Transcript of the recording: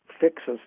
fixes